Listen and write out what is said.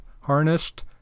harnessed